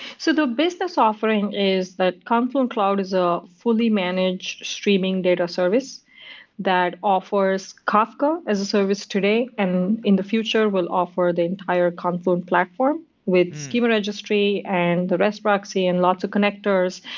so the business offering is that confluent cloud is a fully managed streaming data service that offers kafka as a service today and in the future will offer the entire confluent platform with schema registry and the rest proxy and lots of connectors.